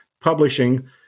publishing